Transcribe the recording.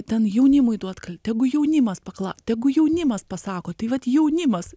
ten jaunimui duot kal tegu jaunimas paklau tegu jaunimas pasako tai vat jaunimas